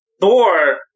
Thor